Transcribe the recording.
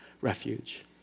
refuge